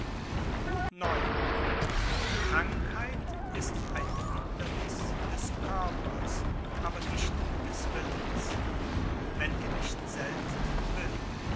krankheit ist ein hinderniß des körpers aber nicht des willens wenn er nicht selbst will